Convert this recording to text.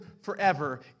forever